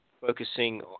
focusing